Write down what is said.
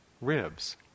ribs